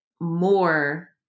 more